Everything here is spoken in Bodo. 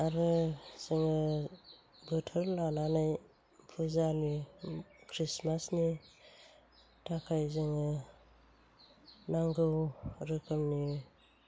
आरो जोङो बोथोर लानानै फुजानि ख्रिसमासनि थाखाय जोङो नांगौ रोखोमनि